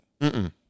-mm